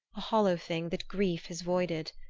a hollow thing that grief has voided.